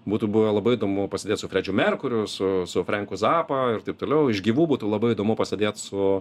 būtų buvę labai įdomu pasėdėt su fredžiu merkuriu su su frenku zapa ir taip toliau iš gyvų būtų labai įdomu pasėdėt su